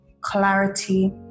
clarity